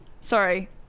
Sorry